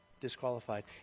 disqualified